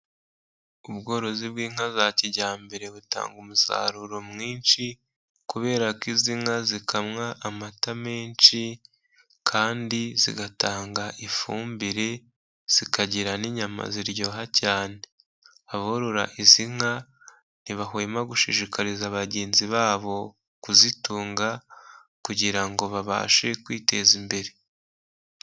Ubworozi bw'inka za kijyambere butanga umusaruro mwinshi, kubera ko izi nka zikamwa amata menshi, kandi zigatanga ifumbire, zikagira n'inyama ziryoha cyane. Aborora izi nka, ntibahwema gushishikariza bagenzi babo kuzitunga, kugira ngo babashe kwiteza imbere.